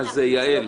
יעל,